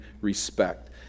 respect